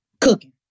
cooking